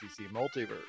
Multiverse